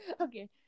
okay